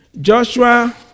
Joshua